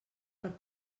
per